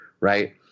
Right